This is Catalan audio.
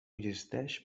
existeix